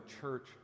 church